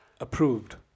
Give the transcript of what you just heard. approved